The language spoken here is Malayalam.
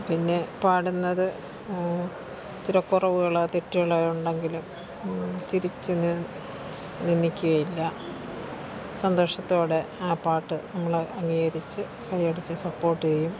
പിന്നെ പാടുന്നത് ചില കുറവുകളോ തെറ്റുകളോ ഉണ്ടെങ്കിലും ചിരിച്ച് നിന്ദിക്കുകയില്ല സന്തോഷത്തോടെ ആ പാട്ട് നമ്മൾ അംഗീകരിച്ച് കൈയടിച്ച് സപ്പോർട്ട് ചെയ്യും